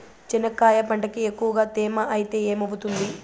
చెనక్కాయ పంటకి ఎక్కువగా తేమ ఐతే ఏమవుతుంది?